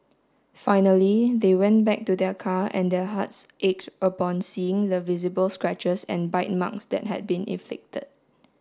finally they went back to their car and their hearts ached upon seeing the visible scratches and bite marks that had been inflicted